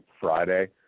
Friday